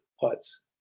putts